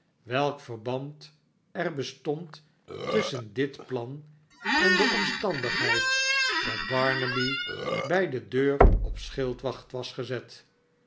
welk verband er bestond tusschen dit plan en de omstandigheid dat barnaby bij de deur op schildwacht was gezet